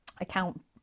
account